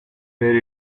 where